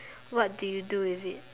what do you do with it